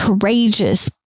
courageous